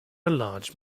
large